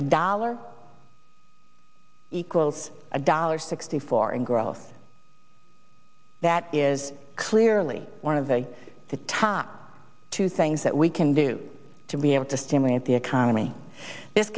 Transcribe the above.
a dollar equals a dollar sixty four and growth that is clearly one of the top two things that we can do to be able to stimulate the economy is